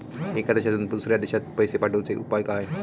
एका देशातून दुसऱ्या देशात पैसे पाठवचे उपाय काय?